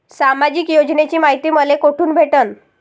सामाजिक योजनेची मायती मले कोठून भेटनं?